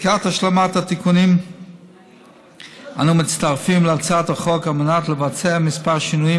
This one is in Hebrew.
לקראת השלמת התיקונים אנו מצטרפים להצעת החוק על מנת לבצע כמה שינויים